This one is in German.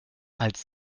als